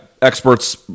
experts